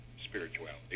spirituality